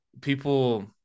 People